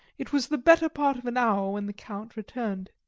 it was the better part of an hour when the count returned.